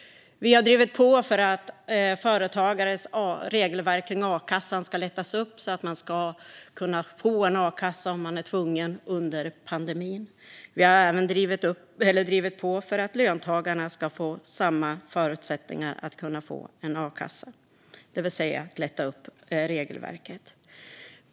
Vi har drivit på för att företagares regelverk kring a-kassan ska lättas upp så att man ska kunna få a-kassa om man är tvungen under pandemin. Vi har även drivit på för att löntagarna ska få samma förutsättningar att kunna få a-kassa, det vill säga lättat upp regelverket.